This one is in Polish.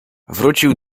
wrócił